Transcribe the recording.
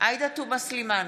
עאידה תומא סלימאן,